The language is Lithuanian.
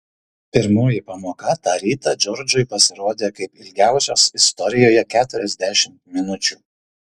pirmoji pamoka tą rytą džordžui pasirodė kaip ilgiausios istorijoje keturiasdešimt minučių